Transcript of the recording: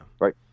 Right